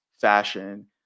fashion